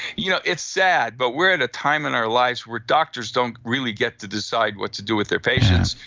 you know, it's sad, but we're at a time in our lives where doctors don't really get to decide what to do with their patients.